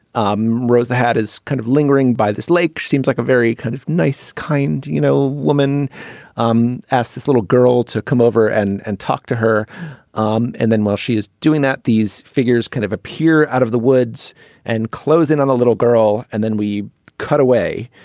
um rose the hat is kind of lingering by this lake seems like a very kind of nice kind you know woman um ask this little girl to come over and and talk to her um and then while she is doing that these figures kind of appear out of the woods and close in on a little girl. and then we cut away